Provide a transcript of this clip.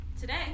today